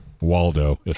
Waldo